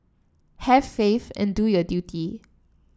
have faith and do your duty